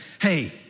hey